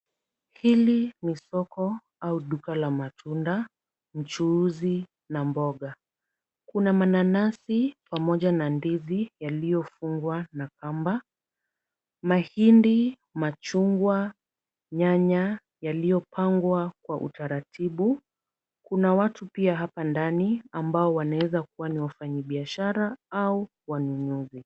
Hili ni soko au duka la matunda, mchuuzi na mboga. Kuna mananasi pamoja na ndizi yaliyofungwa na kamba. Mahindi, machungwa, nyanya yaliyopangwa kwa utaratibu. Kuna watu pia hapa ndani ambao wanaweza kuwa ni wafanyibiashara au wanunuzi.